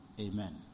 Amen